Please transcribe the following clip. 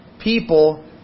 people